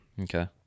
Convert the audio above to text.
Okay